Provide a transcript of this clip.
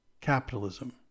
capitalism